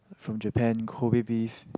from Japan Kobe beef